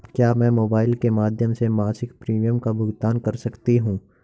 क्या मैं मोबाइल के माध्यम से मासिक प्रिमियम का भुगतान कर सकती हूँ?